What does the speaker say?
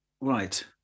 right